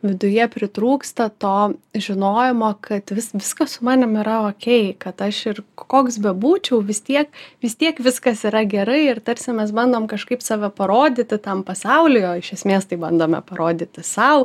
viduje pritrūksta to žinojimo kad viskas su manim yra okei kad aš ir koks bebūčiau vis tie vis tiek viskas yra gerai ir tarsi mes bandom kažkaip save parodyti tam pasauliui o iš esmės tai bandome parodyti sau